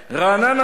79%; רעננה,